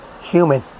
human